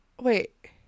wait